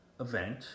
event